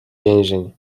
więzień